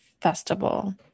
Festival